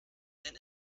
denn